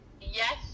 yes